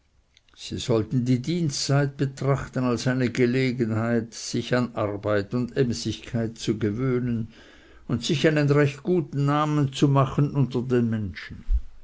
sie sollten die dienstzeit betrachten als eine gelegenheit sich an arbeit und emsigkeit zu gewöhnen und sich einen recht guten namen zu machen unter den menschen